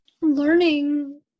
learning